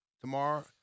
tomorrow